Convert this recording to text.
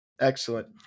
excellent